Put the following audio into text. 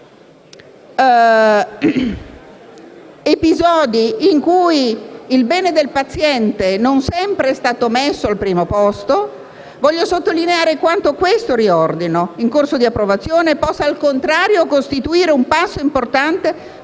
episodi in cui il bene del paziente non sempre è stato messo al primo posto, voglio sottolineare quanto questo riordino in corso di approvazione possa, al contrario, costituire un passo importante proprio